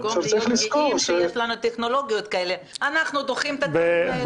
במקום להיות גאים שיש לנו טכנולוגיות כאלה אנחנו דוחים אותן.